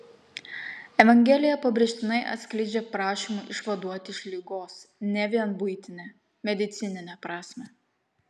evangelija pabrėžtinai atskleidžia prašymų išvaduoti iš ligos ne vien buitinę medicininę prasmę